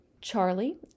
Charlie